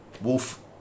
wolf